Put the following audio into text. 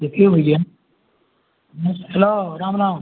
देखिए भैया हेलो राम राम